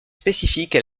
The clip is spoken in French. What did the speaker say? spécifique